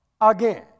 again